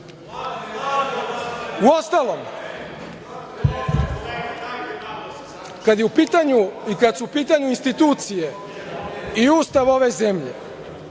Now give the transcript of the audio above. želite. Uostalom, kada su u pitanju institucije i Ustav ove zemlje,